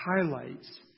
highlights